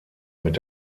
mit